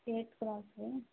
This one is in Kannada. ಏಯ್ಟ್ತ್ ಕ್ರಾಸಾ